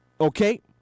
Okay